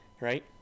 right